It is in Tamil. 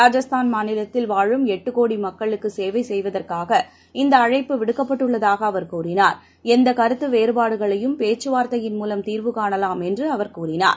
ராஜஸ்தான் மாநிலத்தில் வாழும் எட்டுகோடிமக்களுக்குசேவைசெய்வதற்காக இந்தஅழைப்பு விடுக்கப்பட்டுள்ளதாகஅவர் கூறினார் எந்தகருத்துவேறபாடுகளையும் பேச்சுவார்த்தையின் மூலம் தீர்வு காணலாம் என்றுஅவர் தெரிவித்தார்